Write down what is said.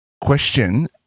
question